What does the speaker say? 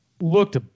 looked